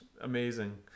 amazing